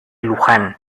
luján